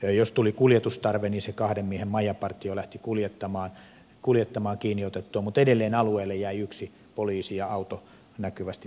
ja jos tuli kuljetustarve niin se kahden miehen maijapartio lähti kuljettamaan kiinni otettua mutta edelleen alueelle jäi yksi poliisi ja auto näkyvästi toimimaan